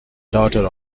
daughter